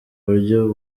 buryo